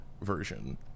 version